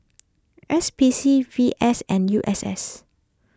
S P C V S and U S S